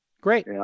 Great